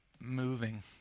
moving